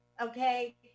Okay